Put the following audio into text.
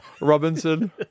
Robinson